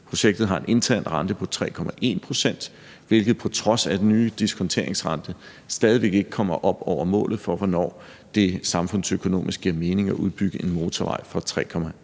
Projektet har en intern rente på 3,1 pct., hvilket på trods af den nye diskonteringsrente stadig væk ikke kommer op over målet for, hvornår det samfundsøkonomisk giver mening at udbygge en motorvej for 3,1